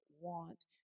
want